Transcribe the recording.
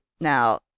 Now